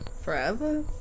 Forever